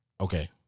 Okay